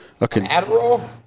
Adderall